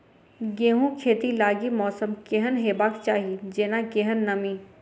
गेंहूँ खेती लागि मौसम केहन हेबाक चाहि जेना केहन नमी?